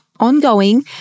Ongoing